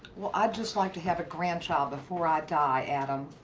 well, i'd just like to have a grandchild before i die, adam.